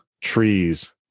trees